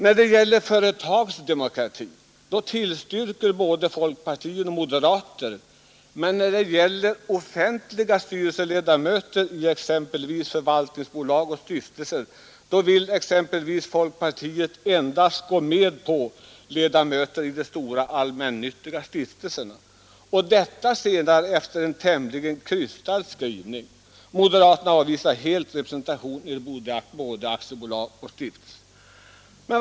När det gäller företagsdemokrati tillstyrker både folkpartister och moderater, men när det gäller offentliga styrelseledamöter i exempelvis förvaltningsbolag och allmännyttiga stiftelser vill folkpartiet endast gå med på förslaget om ledamöter i de stora allmännyttiga stiftelserna, och det efter en tämligen krystad skrivning. Moderaterna avvisar helt tanken på representation i både aktiebolag och stiftelser.